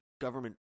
government